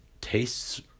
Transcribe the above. tastes